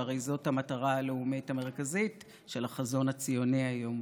שהרי זאת המטרה הלאומית המרכזית של החזון הציוני היום.